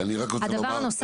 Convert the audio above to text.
אוקיי, אני רק רוצה לומר משהו